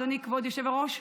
אדוני כבוד היושב-ראש,